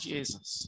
Jesus